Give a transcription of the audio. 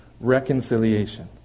reconciliation